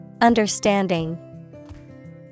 Understanding